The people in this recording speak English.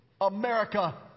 America